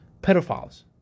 Pedophiles